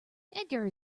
edgar